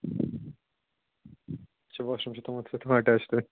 اَچھا washroom چھُ تھاوُن اَٹٮ۪چ تۄہہِ